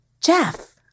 Jeff